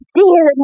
dear